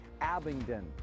Abingdon